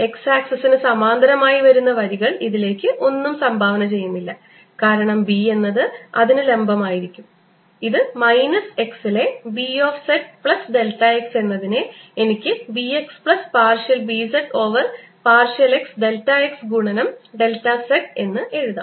X ആക്സിസിന് സമാന്തരമായി വരുന്ന വരികൾ ഇതിലേക്ക് ഒന്നും സംഭാവന ചെയ്യുന്നില്ല കാരണം B എന്നത് അതിന് ലംബം ആയിരിക്കും ഇത് മൈനസ് x ലെ B of z plus delta x എന്നതിനെ എനിക്ക് B x plus partial B z over partial x delta x ഗുണനം ഡെൽറ്റ z എന്ന് എഴുതാം